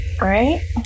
Right